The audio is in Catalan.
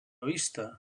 vista